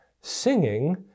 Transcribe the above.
singing